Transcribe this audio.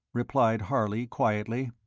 replied harley, quietly,